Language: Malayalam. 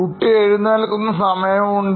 കുട്ടി എഴുന്നേൽക്കുന്ന സമയമുണ്ട്